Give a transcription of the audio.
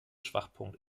schwachpunkt